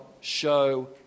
show